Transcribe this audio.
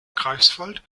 greifswald